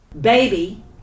Baby